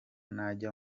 najya